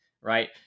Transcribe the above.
right